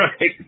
right